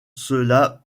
cela